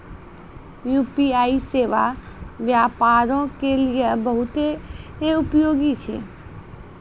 UPI सेबा व्यापारो के लेली बहुते उपयोगी छै